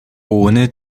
ohne